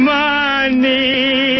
money